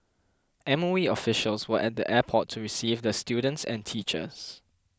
M O E officials were at the airport to receive the students and teachers